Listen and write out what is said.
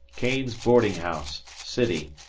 keene's boardinghouse. city.